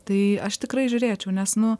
tai aš tikrai žiūrėčiau nes nu